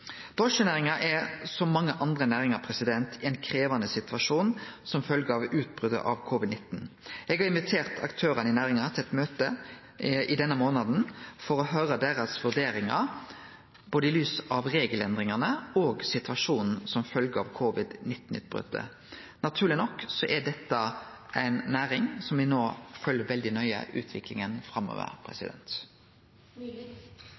Drosjenæringa er som mange andre næringar i ein krevjande situasjon som følgje av utbrotet av covid-19. Eg har invitert aktørane i næringa til eit møte i denne månaden for å høyre deira vurderingar i lys av både regelendringane og situasjonen som følgje av covid-19-utbrotet. Naturleg nok er dette ei næring der me følgjer utviklinga framover veldig nøye.